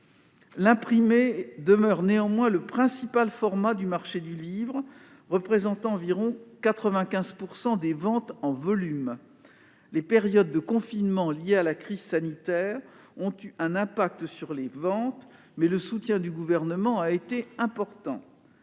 L'imprimé demeure néanmoins le principal format du marché du livre, puisqu'il représente environ 95 % des ventes en volume. Les périodes de confinement liées à la crise sanitaire ont eu un impact sur les ventes, mais le soutien du Gouvernement a été important.